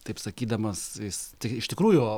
taip sakydamas jis ti iš tikrųjų